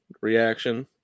reaction